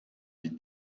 die